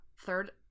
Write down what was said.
third